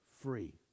free